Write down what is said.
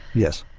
yes,